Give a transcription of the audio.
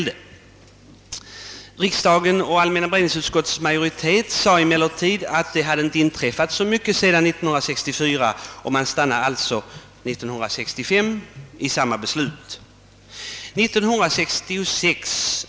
Allmänna beredningsut skottet och riksdagens majoritet ansåg emellertid att det inte inträffat så mycket sedan 1964, och man stannade alltså 1965 vid samma beslut som 1964.